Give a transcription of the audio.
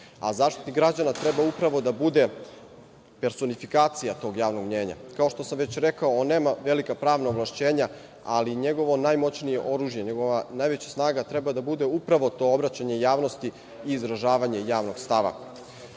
Zaštitnik građana treba upravo da bude personifikacija tog javnog mnjenja. Kao što sam već rekao, on nema pravna ovlašćenja, ali njegovo najmoćnije oružje, njegova najveća snaga treba da bude upravo to obraćanje javnosti i izražavanje javnog